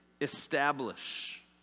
establish